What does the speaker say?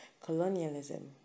colonialism